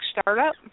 startup